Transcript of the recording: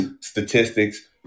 statistics